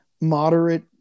moderate